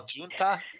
Junta